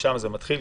משם זה מתחיל.